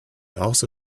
also